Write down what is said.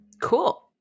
Cool